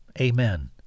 Amen